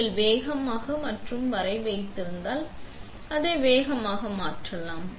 நீங்கள் வேகமாக மற்றும் வரை வைத்திருந்தால் அதை வேகமாக மாற்றலாம்